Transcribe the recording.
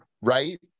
right